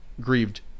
grieved